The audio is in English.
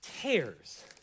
tears